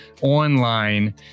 Online